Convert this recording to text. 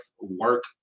work